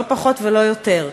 לא פחות ולא יותר.